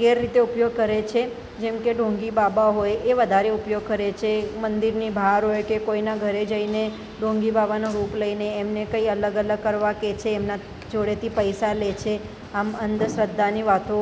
ગેર રીતે ઉપયોગ કરે છે જેમકે ઢોંગી બાબા હોય એ વધારે ઉપયોગ કરે છે મંદિરની બહાર હોય કે કોઈના ઘરે જઈને ઢોંગીબાબાનો રૂપ લઇને એમને કંઈ અલગ અલગ કરવા કહે છે એમના પાસેથી પૈસા લે છે આમ અંધશ્રદ્ધાની વાતો